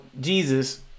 Jesus